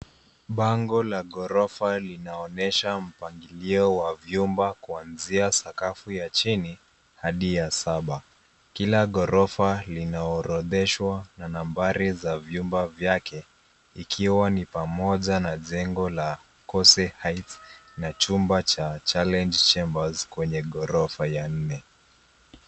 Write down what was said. Bango la ghorofa linaonyesha mpangilio wa vyumba kuanzia sakafu ya chini hadi ya saba. Kila ghorofa linaorodheshwa na nambari za vyumba vyake ikiwa ni pamoja na jengo la kose heights na chumba cha challenge chambers kwenye ghorofa ya nne.